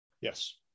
Yes